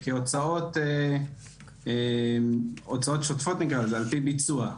כהוצאות שוטפות, כביצוע.